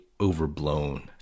overblown